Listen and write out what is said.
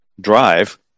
drive